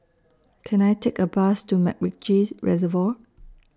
Can I Take A Bus to Macritchie Reservoir